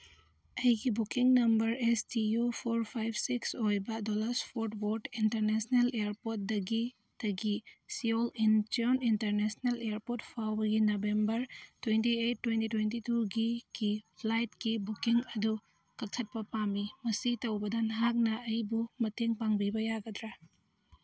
ꯑꯩꯒꯤ booking number S T U four five six ꯑꯣꯏꯕ ꯗꯣꯂꯁ ꯐꯣꯔꯠ ꯕꯣꯔꯠ ꯏꯟꯇꯔꯅꯦꯁꯅꯦꯜ ꯏꯌꯔꯄꯣꯔꯠꯗꯒꯤ ꯇꯒꯤ ꯁꯤꯌꯣꯜ ꯏꯟꯆꯤꯌꯣꯟ ꯏꯟꯇꯔꯅꯦꯁꯅꯦꯜ ꯏꯌꯔꯄꯣꯔꯠ ꯐꯥꯎꯕꯒꯤ November twenty eight twenty twenty ꯇꯨꯒꯤ ꯀꯤ ꯐ꯭ꯂꯥꯏꯠꯀꯤ ꯕꯨꯛꯀꯤꯡ ꯑꯗꯨ ꯀꯛꯊꯠꯄ ꯄꯥꯝꯃꯤ ꯃꯁꯤ ꯇꯧꯕꯗ ꯅꯍꯥꯛꯅ ꯑꯩꯕꯨ ꯃꯇꯦꯡ ꯄꯥꯡꯕꯤꯕ ꯌꯥꯒꯗ꯭ꯔꯥ